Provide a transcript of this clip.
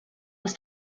was